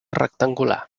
rectangular